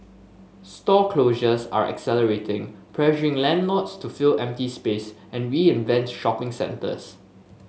store closures are accelerating pressuring landlords to fill empty space and reinvent shopping centres